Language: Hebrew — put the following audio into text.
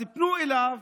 אז פנו אליו,